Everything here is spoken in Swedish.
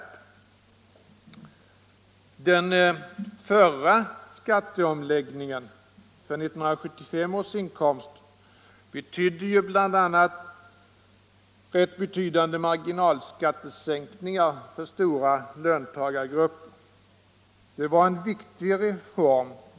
Den förra skatteomläggningen, för 1975 års inkomst, medförde bl.a. rätt betydande marginalskattesänkningar för stora löntagargrupper. Det var en viktig reform.